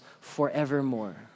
forevermore